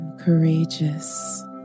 courageous